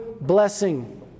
blessing